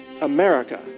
America